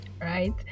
Right